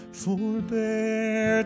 forbear